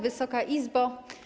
Wysoka Izbo!